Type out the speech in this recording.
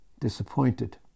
disappointed